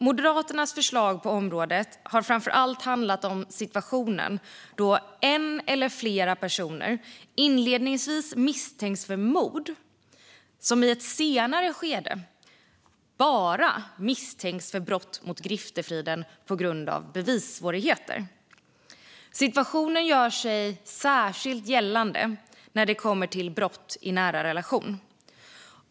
Moderaternas förslag på området har framför allt handlat om situationen då en eller flera personer som inledningsvis misstänks för mord i ett senare skede "bara" misstänks för brott mot griftefriden på grund av bevissvårigheter. Situationen blir särskilt kännbar när det gäller brott i nära relationer.